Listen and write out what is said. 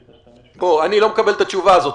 להשתמש --- אני לא מקבל את התשובה הזאת.